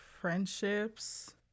friendships